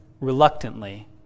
reluctantly